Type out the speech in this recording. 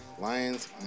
Lions